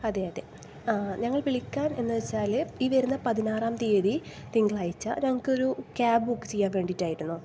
അതെ അതെ ആ ഞങ്ങൾ വിളിക്കാം എന്ന് വച്ചാല് ഈ വരുന്ന പതിനാറാം തിയതി തിങ്കളാഴ്ച്ച ഞങ്ങക്കൊരു ക്യാബ് ബുക്ക് ചെയ്യാൻ വേണ്ടിയിട്ടായിരുന്നു